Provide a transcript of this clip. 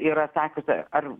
yra sakiusi ar